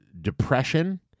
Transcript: depression